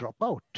dropout